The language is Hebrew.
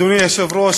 אדוני היושב-ראש,